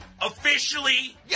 officially